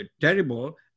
terrible